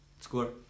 Score